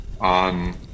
on